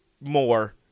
More